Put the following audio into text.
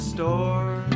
Store